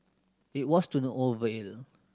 it was to no